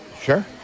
Sure